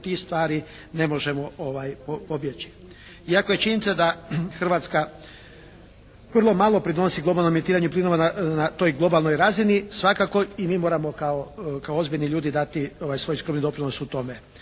tih stvari ne možemo pobjeći. Iako je činjenica da Hrvatska vrlo malo pridonosi globalnom emitiranju plinova na toj globalnoj razini svakako i mi moramo kao ozbiljni ljudi dati svoj skromni doprinos u tome.